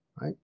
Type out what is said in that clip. right